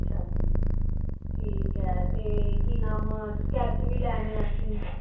ਅੱਛਾ ਜੀ ਠੀਕ ਹੈ ਅਤੇ ਕੀ ਨਾਮ ਸਕੈਚ ਵੀ ਲੈਣੇ ਅਸੀਂ